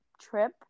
trip